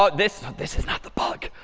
ah this this is not the bug.